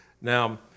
Now